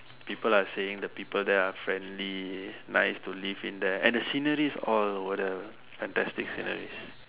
people are saying the there people are friendly nice to live in there and the scenery is all over there fantastic scenery